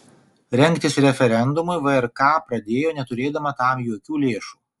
rengtis referendumui vrk pradėjo neturėdama tam jokių lėšų